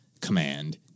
command